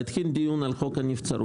יתחיל דיון על חוק הנבצרות.